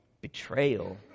Betrayal